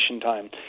time